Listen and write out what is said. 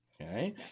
okay